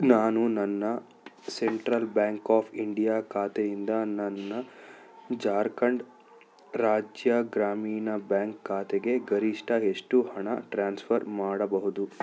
ನಾನು ನನ್ನ Central Bank of India ಖಾತೆಯಿಂದ ನನ್ನ ಜಾರ್ಖಂಡ್ ರಾಜ್ಯ ಗ್ರಾಮೀಣ ಬ್ಯಾಂಕ್ ಖಾತೆಗೆ ಗರಿಷ್ಟ ಎಷ್ಟು ಹಣ ಟ್ರಾನ್ಸ್ಫರ್ ಮಾಡಬಹುದು